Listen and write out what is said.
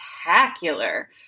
spectacular